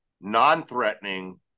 non-threatening